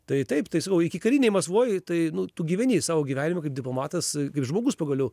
tai taip tai sakau ikikarinėj maskvoj tai nu tu gyveni savo gyvenimą kaip diplomatas kaip žmogus pagaliau